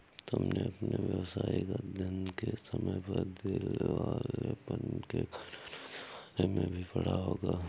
तुमने अपने व्यावसायिक अध्ययन के समय पर दिवालेपन के कानूनों के बारे में भी पढ़ा होगा